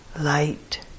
light